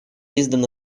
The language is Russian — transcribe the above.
издана